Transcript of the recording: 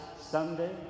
Sunday